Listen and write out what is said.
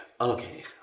okay